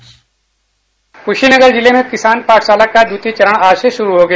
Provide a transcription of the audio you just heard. एक रिपोर्ट कुशीनगर जिले में किसान पाठशाला का द्वितीय चरण आज से शुरू हो गया